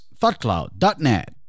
ThoughtCloud.net